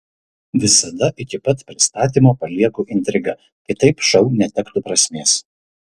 visada iki pat pristatymo palieku intrigą kitaip šou netektų prasmės